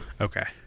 okay